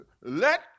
let